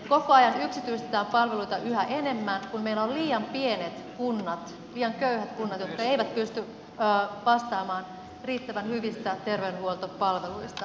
koko ajan yksityistetään palveluita yhä enemmän kun meillä on liian pienet kunnat liian köyhät kunnat jotka eivät pysty vastaamaan riittävän hyvistä terveydenhuoltopalveluista